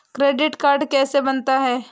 Credit card कैसे बनता है?